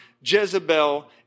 Jezebel